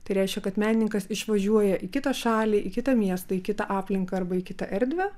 tai reiškia kad menininkas išvažiuoja į kitą šalį į kitą miestą į kitą aplinką arba į kitą erdvę